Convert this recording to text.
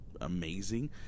amazing